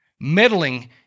meddling